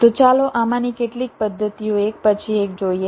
તો ચાલો આમાંથી કેટલીક પદ્ધતિઓ એક પછી એક જોઈએ